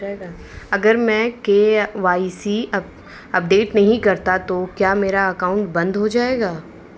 अगर मैं KYC update नहीं करता तो क्या मेरा अकाउंट बंद हो जाएगा?